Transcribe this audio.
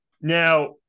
Now